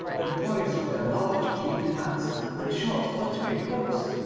the boys with their large-plumed hats and short fluttering cloaks,